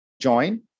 join